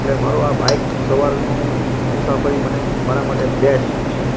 એટલે મારો આ બાઇક સવારનું મુસાફરી મને મારા માટે બેસ્ટ છે